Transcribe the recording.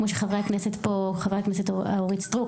כמו שחברת הכנסת אורית סטרוק,